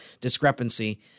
discrepancy